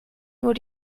nur